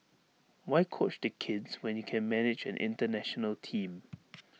why coach the kids when you can manage an International team